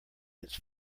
its